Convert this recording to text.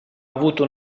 avuto